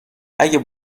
اگه